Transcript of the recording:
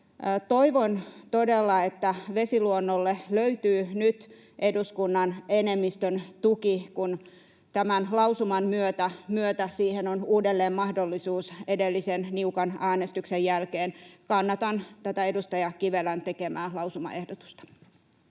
Toivon todella, että vesiluonnolle löytyy nyt eduskunnan enemmistön tuki, kun tämän lausuman myötä siihen on uudelleen mahdollisuus edellisen niukan äänestyksen jälkeen. Kannatan edustaja Kivelän tekemää lausumaehdotusta.